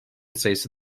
sayısı